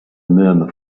murmur